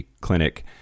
clinic